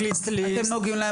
אתם נוגעים להם